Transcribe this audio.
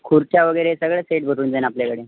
खुर्च्या वगैरे सगळं सेट भेटून जाईन आपल्याकडे